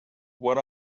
what